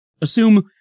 Assume